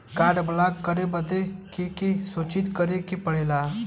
Card block करे बदी के के सूचित करें के पड़ेला?